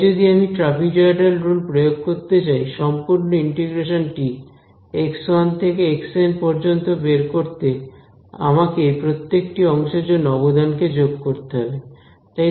তাই যদি আমি ট্রাপিজয়ডাল রুল প্রয়োগ করতে চাই সম্পূর্ণ ইন্টিগ্রেশন টি x1 থেকে xn পর্যন্ত বের করতে আমাকে এই প্রত্যেকটি অংশের জন্য অবদানকে যোগ করতে হবে